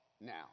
now